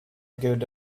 good